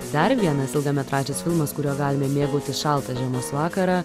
dar vienas ilgametražis filmas kuriuo galime mėgautis šaltą žiemos vakarą